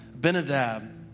Benadab